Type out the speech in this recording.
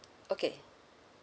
okay